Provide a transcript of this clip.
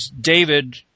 David